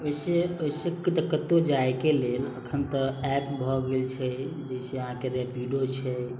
वैसे वैसे तऽ कतौ जाइके लेल अखन तऽ ऐप भऽ गेल छै जे छै अहाँके रेपिडो छै